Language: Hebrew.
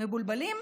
מבולבלים?